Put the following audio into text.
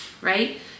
right